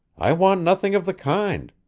i want nothing of the kind.